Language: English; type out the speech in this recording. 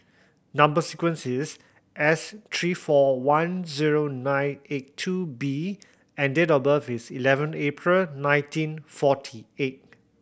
number sequence is S three four one zero nine eight two B and date of birth is eleven April nineteen forty eight